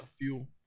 fuel